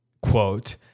quote